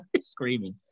screaming